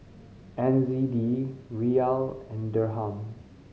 N Z D Riyal and Dirham